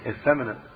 effeminate